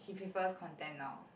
she prefers contemp now